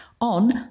on